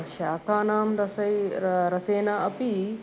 शाकानां रसैः रसेन अपि